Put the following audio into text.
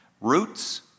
Roots